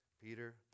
Peter